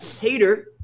hater